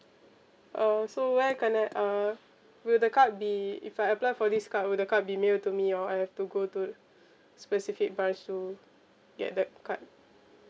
uh so where can I uh will the card be if I apply for this card will the card be mailed to me or I have to go to specific branch to get that card